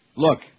Look